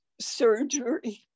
surgery